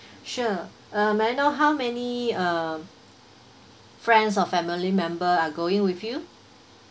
sure uh may I know how many uh friends or family member are going with you